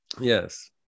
Yes